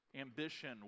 ambition